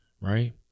Right